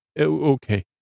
okay